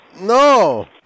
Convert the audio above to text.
No